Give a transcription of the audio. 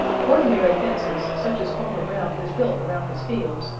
ordinary fences, such as farmer brown has built around his fields,